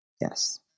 yes